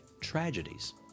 tragedies